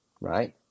right